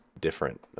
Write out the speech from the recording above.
different